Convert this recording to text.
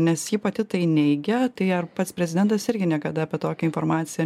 nes ji pati tai neigia tai ar pats prezidentas irgi niekada apie tokią informaciją